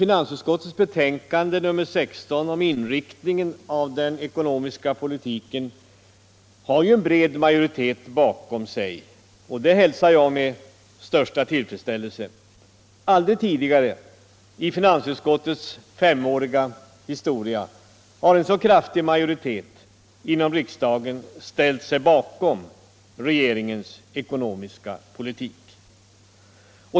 Finansutskottets betänkande nr 16 om inriktningen av den ekonomiska politiken har ju ändå en bred majoritet bakom sig, och det hälsar jag med största tillfredsställelse. Aldrig tidigare i finansutskottets femåriga historia har en så kraftig majoritet inom riksdagen ställt sig bakom regeringens ekonomiska politik.